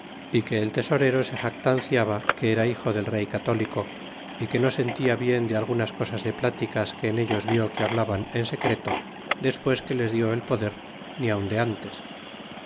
y que el tesorero se jatanciaha que era hijo del rey católico y que no sentia bien de algunas cosas de pláticas que en ellos vió que hablaban en secreto despues que les dió jai poder ni aun de mies